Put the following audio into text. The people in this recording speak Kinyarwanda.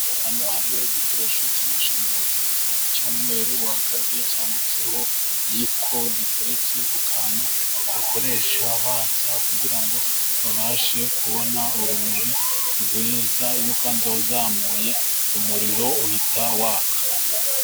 Hano hariho igikoresho cy'amashanyarazi cy'umweru waka de! Cyanditseho Yiko. Giteretse ku kantu bakoresha batsa kugira ngo babashe kubona urumuri rwiza. Iyo ukanzeho uzamuye umuriro uhita waka.